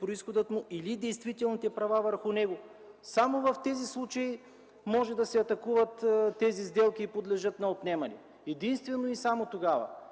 произходът му, или действителните права върху него”. Само в такива случаи може да се атакуват тези сделки и да подлежат на отнемане. Единствено и само тогава!